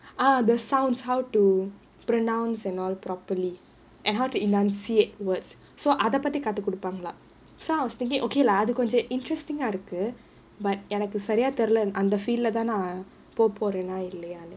ah the sounds how to pronounce and all properly and how to enunciate words so அத பத்தி கத்துகுடுபாங்கலா:atha pathi kathukkudupaangalaa so I was thinking okay lah அது கொஞ்ச:athu konja interesting ah இருக்கு:irukku but எனக்கு சரியா தெரில அந்த:enakku sariyaa therila antha field leh தான் போ போறேன்னா இல்லையானு:dhaan po poraennaa illaiyaanu